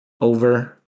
over